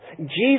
Jesus